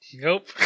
nope